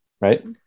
right